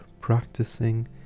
practicing